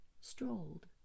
strolled